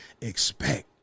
expect